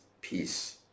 peace